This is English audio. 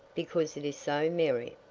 because it is so merry.